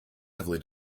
heavily